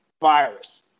virus